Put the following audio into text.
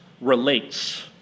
relates